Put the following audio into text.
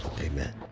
Amen